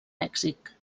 mèxic